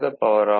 B